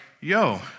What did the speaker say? yo